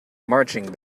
marching